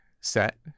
set